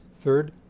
third